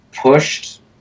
pushed